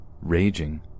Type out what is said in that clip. Raging